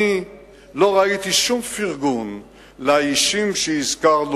אני לא ראיתי שום פרגון לאישים שהזכרנו,